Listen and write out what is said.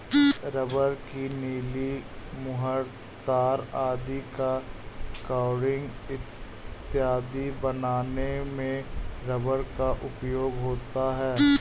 rubber की नली, मुहर, तार आदि का कवरिंग इत्यादि बनाने में रबर का उपयोग होता है